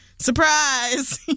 Surprise